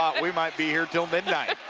we might be here till midnight.